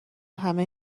همه